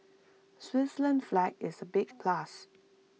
Switzerland's flag is A big plus